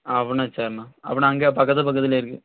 அப்படினா சரிண்ணா அப்படினா அங்கேயே பக்கத்து பக்கத்திலே இருக்குது